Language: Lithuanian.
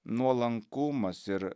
nuolankumas ir